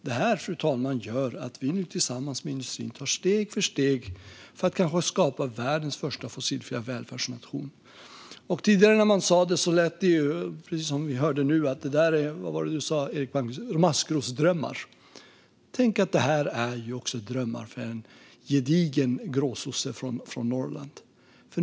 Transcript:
Det här, fru talman, gör att vi tillsammans med industrin tar steg efter steg för att kanske skapa världens första fossilfria välfärdsnation. Tidigare när man sa det fick man höra, som vi hörde nu, att det där är - vad var det du sa, Eric Palmqvist - maskrosdrömmar. Tänk att det här också är drömmar för en gedigen gråsosse från Norrland!